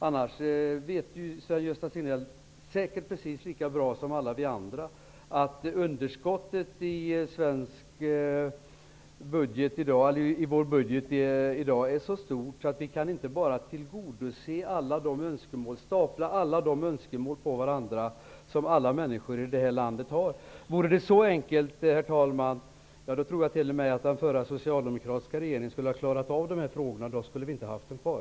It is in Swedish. Annars vet Sven-Gösta Signell säkert precis lika bra som alla vi andra att underskottet i vår budget är så stort att vi inte kan stapla alla de önskemål på varandra som alla människor i det här landet har. Vore det så enkelt, herr talman, tror jag att t.o.m. den förra socialdemokratiska regeringen skulle ha klarat av de här frågorna. Då skulle vi inte ha haft dem kvar.